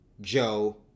Joe